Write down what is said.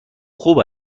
خوب